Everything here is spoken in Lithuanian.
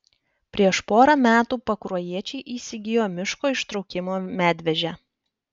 prieš pora metų pakruojiečiai įsigijo miško ištraukimo medvežę